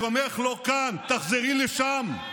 מקומך לא כאן, תחזרי לשם.